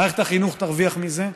מערכת החינוך תרוויח מזה,